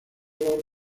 lord